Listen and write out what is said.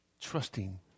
trusting